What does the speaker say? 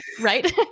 right